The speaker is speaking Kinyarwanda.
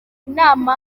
inama